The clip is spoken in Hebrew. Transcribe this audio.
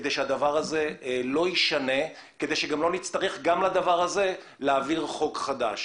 כדי שהדבר הזה לא יישנה ולא נצטרך להעביר לדבר הזה חוק חדש.